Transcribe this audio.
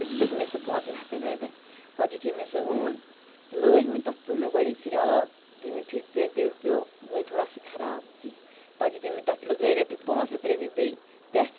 تہٕ دِتُکھ مےٚ سُہ پانٛژَن ہَتَن رۄپِیَن پَتہٕ یُتھٕے مےٚ سُہ اون لٲج مےٚ تَتھ پیوٚو مےٚ گۄڈٕنِکہِ پھِرِ آب دٔیمہِ پھِرِ پہِ تہٕ پیوٚو گٔے تھوڑا سُہ خراب پَتہٕ یُتھُے مےٚ تَتھ لگٲے رۄپیہِ پانٛژھ ہَتھ رۄپیہِ بیٚیہِ پٮ۪ٹھٕ